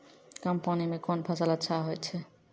कम पानी म कोन फसल अच्छाहोय छै?